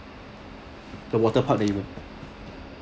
the waterpark that you went